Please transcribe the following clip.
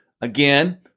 Again